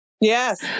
Yes